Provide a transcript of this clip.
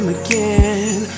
again